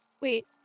Wait